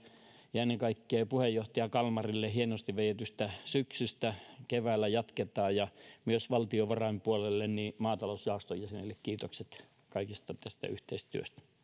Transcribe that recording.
ja ennen kaikkea puheenjohtaja kalmarille hienosti vedetystä syksystä keväällä jatketaan ja myös valtiovarojen puolelle maatalousjaoston jäsenille kiitokset kaikesta tästä yhteistyöstä